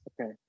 Okay